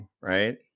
right